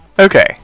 Okay